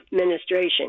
administration